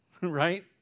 right